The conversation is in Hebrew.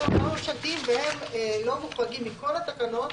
והם לא מוחרגים מכל התקנות.